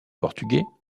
portugais